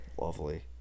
Lovely